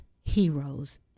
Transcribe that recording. heroes